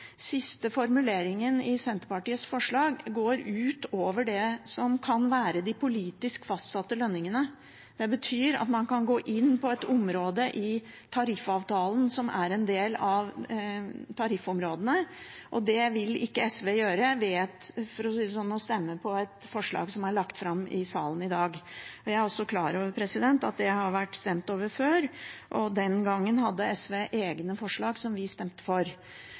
formuleringen i Senterpartiets forslag går utover det som kan være de politisk fastsatte lønningene. Det betyr at man kan gå inn på et område i tariffavtalen som er en del av tariffområdene, og det vil ikke SV gjøre – for å si det slik – ved å stemme på et forslag som er lagt fram i salen i dag. Jeg er også klar over at dette har vært stemt over før, og den gangen hadde SV egne forslag som vi stemte for.